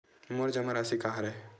मोर जमा राशि का हरय?